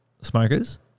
smokers